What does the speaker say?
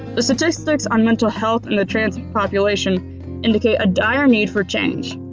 the statistics on mental health in the trans population indicae a dire need for change.